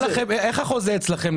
איך החוזה אצלכם?